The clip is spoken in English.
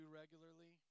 regularly